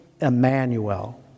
Emmanuel